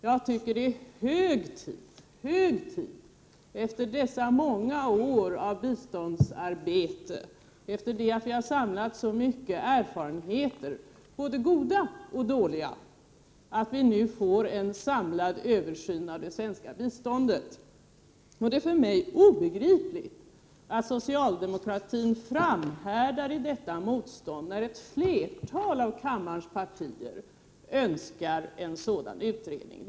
Jag tycker att det är hög tid efter dessa många år av biståndsarbete och efter det att vi har samlat så många erfarenheter — både goda och dåliga — att vi nu får en samlad översyn av det svenska biståndet. Det är för mig obegripligt att socialdemokratin framhärdar i detta motstånd, när ett flertal av kammarens partier önskar en sådan utredning.